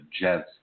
Jets